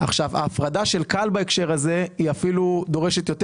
ההפרדה של כאל בהקשר הזה היא אפילו דורשת יותר